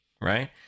right